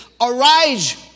arise